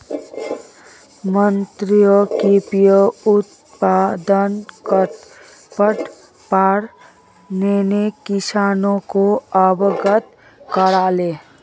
मनीष कृषि उत्पादनक बढ़व्वार तने किसानोक अवगत कराले